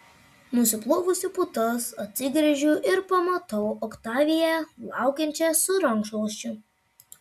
nusiplovusi putas atsigręžiu ir pamatau oktaviją laukiančią su rankšluosčiu